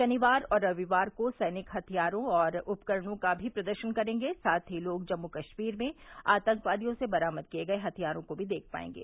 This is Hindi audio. शनिवार और रविवार को सैनिक हथियारों और उपकरणों का भी प्रदर्शन करेंगे साथ ही लोग जम्मू कश्मीर में आतंकवादियों से बरामद किए गए हथियारों को भी देख पाएंगे